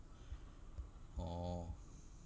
orh